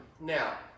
now